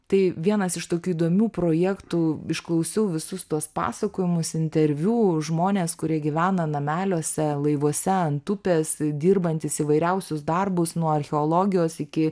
tai vienas iš tokių įdomių projektų išklausiau visus tuos pasakojimus interviu žmonės kurie gyvena nameliuose laivuose ant upės dirbantys įvairiausius darbus nuo archeologijos iki